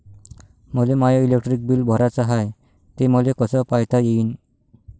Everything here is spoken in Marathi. मले माय इलेक्ट्रिक बिल भराचं हाय, ते मले कस पायता येईन?